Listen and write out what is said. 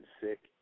sick